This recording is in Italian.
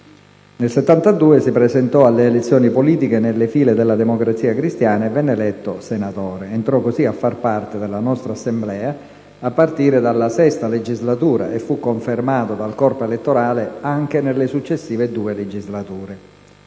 Nel 1972 si presentò alle elezioni politiche nelle file della Democrazia Cristiana e venne eletto senatore. Entrò così a far parte della nostra Assemblea a partire dalla VI legislatura e fu confermato dal corpo elettorale anche nelle successive due legislature.